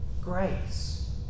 grace